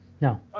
No